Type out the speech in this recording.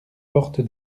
porte